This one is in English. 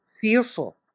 fearful